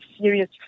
serious